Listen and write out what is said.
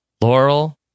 Laurel